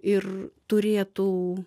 ir turėtų